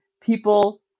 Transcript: people